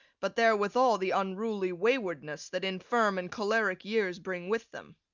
but therewithal the unruly waywardness that infirm and choleric years bring with them.